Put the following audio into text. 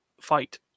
fight